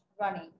running